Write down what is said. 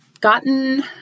gotten